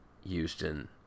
Houston